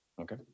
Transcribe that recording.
okay